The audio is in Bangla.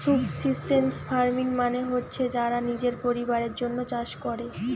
সুবসিস্টেন্স ফার্মিং মানে হচ্ছে যারা নিজের পরিবারের জন্যে চাষ কোরে